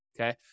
okay